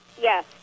Yes